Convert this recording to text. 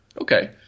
Okay